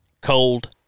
cold